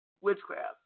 witchcraft